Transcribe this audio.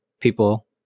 people